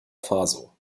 faso